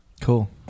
Cool